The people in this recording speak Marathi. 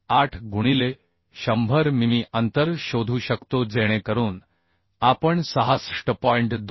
8 गुणिले 100 मिमी अंतर शोधू शकतो जेणेकरून आपण 66